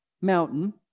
mountain